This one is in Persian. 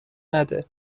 نده